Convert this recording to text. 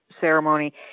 ceremony